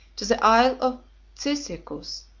to the isle of cyzicus,